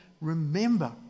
remember